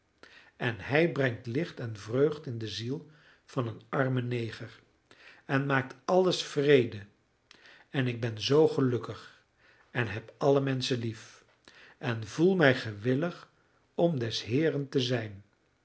en hij brengt licht en vreugd in de ziel van een armen neger en maakt alles vrede en ik ben zoo gelukkig en heb alle menschen lief en voel mij gewillig om des heeren te zijn